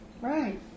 Right